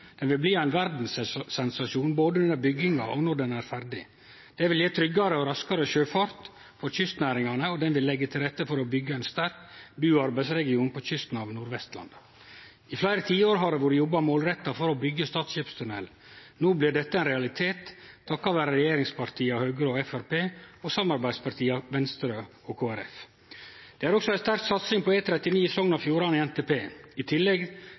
Den mest gledelege saka er at det no endeleg blir bygging av Stad skipstunnel. Stad skipstunnel blir verdas første skipstunnel og vil bli ein verdssensasjon, både under bygginga og når han er ferdig. Det vil gje ein tryggare og raskare sjøfart for kystnæringane, og han vil leggje til rette for at det kan byggjast ein sterk bu- og arbeidsregion på kysten av Nord-Vestlandet. I fleire tiår har det vore jobba målretta for å byggje Stad skipstunnel. No blir dette ein realitet, takka vere regjeringspartia Høgre og Framstegspartiet og samarbeidspartia Venstre og Kristeleg Folkeparti. Det